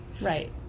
Right